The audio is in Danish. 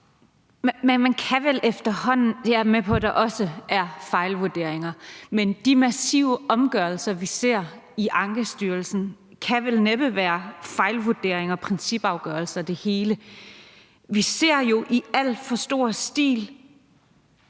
med på, der også er fejlvurderinger, men de massive omgørelser, vi ser i Ankestyrelsen, kan vel næppe alle sammen være fejlvurderinger og principafgørelser. Vi ser jo i alt for stor stil,